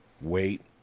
wait